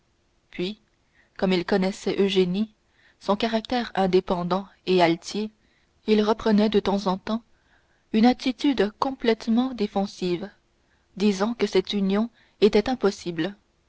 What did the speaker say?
puis comme il connaissait eugénie son caractère indépendant et altier il reprenait de temps en temps une attitude complètement défensive disant que cette union était impossible